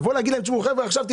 לבוא ולהגיד להם שעכשיו ילכו,